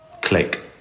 click